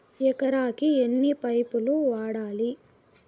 ఎకరాకి ఎన్ని పైపులు వాడాలి?